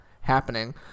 happening